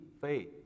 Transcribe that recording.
faith